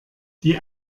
die